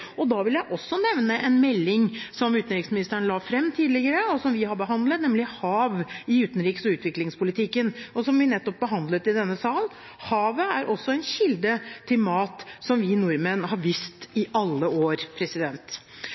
kommer. Da vil jeg også nevne en melding som utenriksministeren la fram tidligere, nemlig Meld. St. 22 for 2016–2017, Hav i utenriks- og utviklingspolitikken, som vi nettopp behandlet i denne sal. Havet er også en kilde til mat, noe vi nordmenn har visst i alle år.